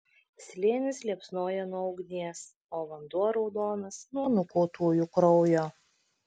slėnis liepsnoja nuo ugnies o vanduo raudonas nuo nukautųjų kraujo